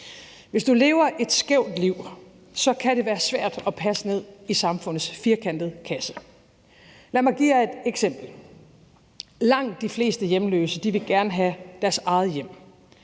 Hvis du lever et skævt liv, kan det være svært at passe ned i samfundets firkantede kasse. Lad mig give jer et eksempel. Langt de fleste hjemløse vil gerne have deres eget hjem,